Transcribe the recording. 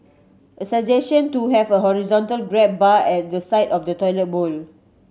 a suggestion to have a horizontal grab bar at the side of the toilet bowl